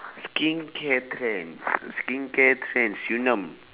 skincare trends skincare trends yun nam